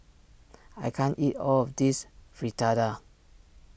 I can't eat all of this Fritada